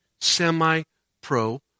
semi-pro